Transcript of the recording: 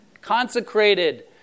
consecrated